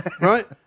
right